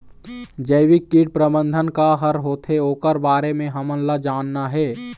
जैविक कीट प्रबंधन का हर होथे ओकर बारे मे हमन ला जानना हे?